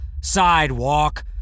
sidewalk